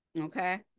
Okay